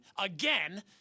again